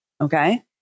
okay